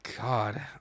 God